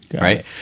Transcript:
Right